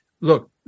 look